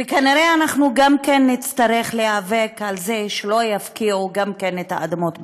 וכנראה נצטרך להיאבק שלא יפקיעו גם את האדמות בנגב.